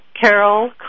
Carol